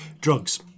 Drugs